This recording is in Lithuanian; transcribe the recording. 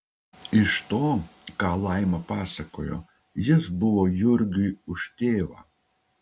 iš to ką laima pasakojo jis buvo jurgiui už tėvą